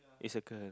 is a girl